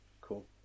Cool